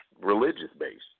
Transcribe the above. religious-based